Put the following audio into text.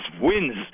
wins